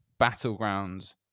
battlegrounds